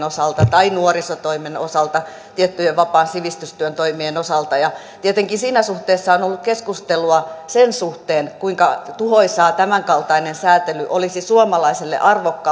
tai nuorisotoimen osalta tiettyjen vapaan sivistystyön toimien osalta tietenkin siinä suhteessa keskustelua sen suhteen kuinka tuhoisaa tämänkaltainen säätely olisi suomalaiselle arvokkaalle